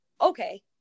okay